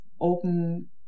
open